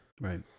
Right